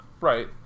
Right